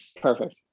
Perfect